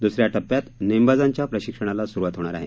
दुसऱ्या टप्प्यात नेमबाजांच्या प्रशिक्षणाला सुरवात होणार आहे